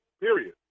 Period